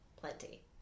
plenty